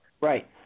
Right